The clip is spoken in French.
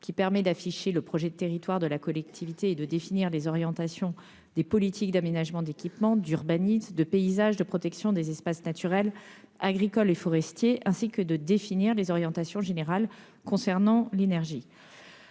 qui permet d'afficher le projet de territoire de la collectivité et de définir les orientations des politiques d'aménagement, d'équipement, d'urbanisme, de paysage, de protection des espaces naturels, agricoles et forestiers, ainsi que de définir les orientations générales concernant l'énergie.